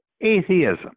atheism